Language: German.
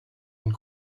und